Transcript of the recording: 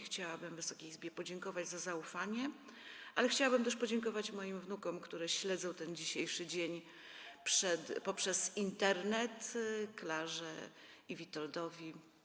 Chciałabym Wysokiej Izbie podziękować za zaufanie, ale chciałabym też podziękować moim wnukom, które śledzą dzisiejsze obrady poprzez Internet, Klarze i Witoldowi.